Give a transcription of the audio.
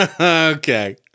Okay